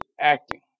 acting